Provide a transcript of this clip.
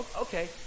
okay